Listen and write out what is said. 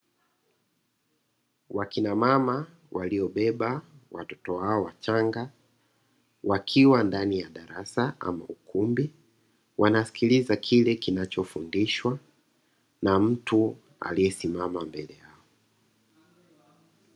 Wakinamama waliobeba watoto wao wachanga wakiwa ndani ya darasa ama ukumbi wanasikiliza kile kinachofundishwa na mtu aliyesimama mbele yao.